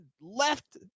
left